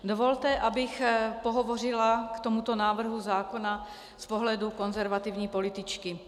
Dovolte, abych pohovořila k tomuto návrhu zákona z pohledu konzervativní političky.